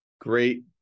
Great